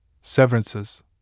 Severance's